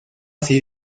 así